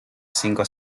cinco